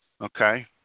okay